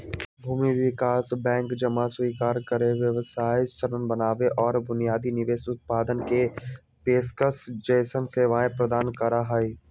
भूमि विकास बैंक जमा स्वीकार करे, व्यवसाय ऋण बनावे और बुनियादी निवेश उत्पादन के पेशकश जैसन सेवाएं प्रदान करा हई